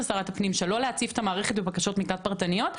שרת הפנים שלא להציף את המערכת בבקשות מקלט פרטניות,